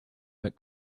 that